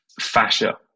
fascia